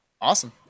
Awesome